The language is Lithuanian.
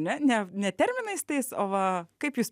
ne ne ne terminais tais o va kaip jūs